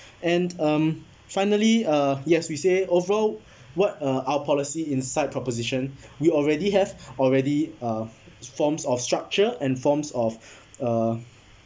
and um finally uh yes we say overall what uh our policy in side proposition we already have already uh forms of structure and forms of uh